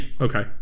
okay